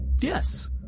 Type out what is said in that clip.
Yes